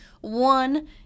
One